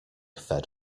fed